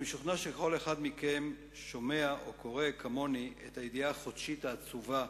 אני משוכנע שכל אחד שומע או קורא כמוני את הידיעה החודשית העצובה